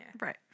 Right